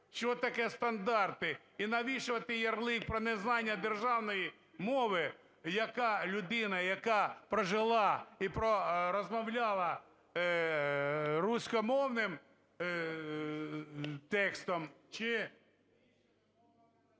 Що таке стандарти? І навіщо той ярлик про незнання державної мови, яка… людина, яка прожила і пророзмовляла руськомовним текстом чи…